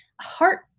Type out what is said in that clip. heart